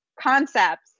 concepts